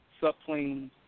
subplanes